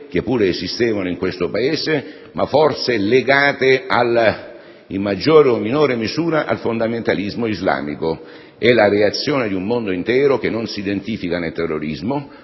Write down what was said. che pure esistevano in questo Paese, ma forze legate, in maggiore o minore misura, al fondamentalismo islamico. È la reazione di un mondo intero che non si identifica nel terrorismo